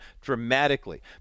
dramatically